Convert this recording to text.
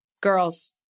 Girls